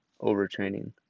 overtraining